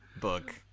book